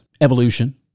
evolution